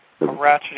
ratcheting